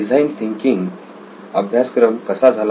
design thinking अभ्यासक्रम कसा झाला